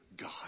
God